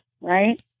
right